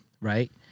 right